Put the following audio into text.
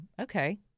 okay